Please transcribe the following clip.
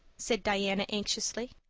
said diana anxiously.